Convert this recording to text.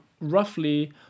roughly